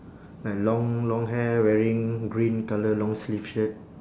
like long long hair wearing green colour long sleeve shirt